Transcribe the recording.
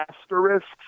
asterisks